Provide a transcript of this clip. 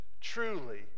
truly